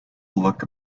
look